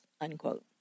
unquote